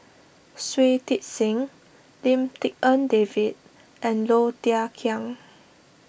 Shui Tit Sing Lim Tik En David and Low Thia Khiang